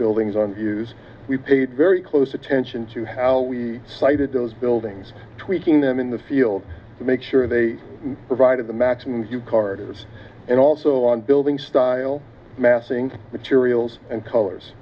buildings on use we paid very close attention to how we sighted those buildings tweaking them in the field to make sure they provided the maximum new cars and also on building style massing materials and